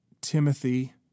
Timothy